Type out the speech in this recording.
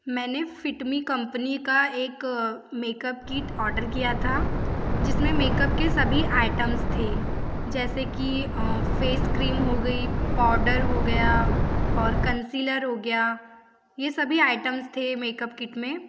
मैंने Fit Me company का एक मेक अप किट ऑर्डर किया था जिसमें मेक अप के सभी आइटम्स थे जैसे कि फेस क्रीम हो गई पौडर हो गया और कंसिलर हो गया ये सभी आइटम्स थे मेक अप किट में